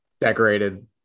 decorated